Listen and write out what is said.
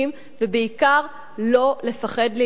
ובעיקר לא לפחד להילחם.